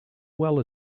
well